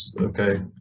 Okay